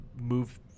move